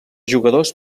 jugadors